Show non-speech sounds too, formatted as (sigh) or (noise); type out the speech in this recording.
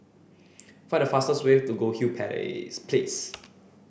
find the fastest way to Goldhill (unintelligible) please